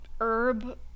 herb